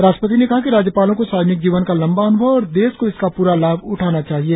राष्ट्रपति ने कहा कि राज्यपालों को सार्वजनिक जीवन का लंबा अनुभव है और देश को इसका पूरा लाभ उठाना चाहिए